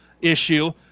issue